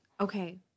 Okay